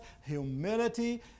humility